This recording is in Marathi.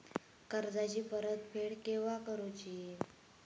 कर्जाची परत फेड केव्हा करुची?